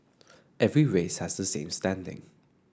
every race has the same standing